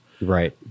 Right